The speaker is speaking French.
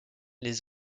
les